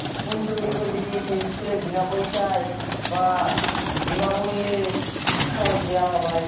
school তৈরি করে দিয়েছে সেই স্কুলে বিনা পয়সায় বা বিনামূল্যে শিক্ষাও দেওয়া হয়